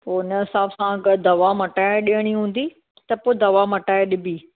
पोइ उन जे हिसाबु सां अगरि दवा मटाए ॾियणी हूंदी त पोइ दवा मटाए ॾिबी